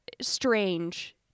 strange